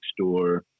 store